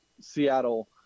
Seattle